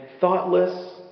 thoughtless